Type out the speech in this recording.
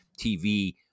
TV